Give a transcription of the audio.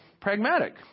pragmatic